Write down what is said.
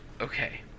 Okay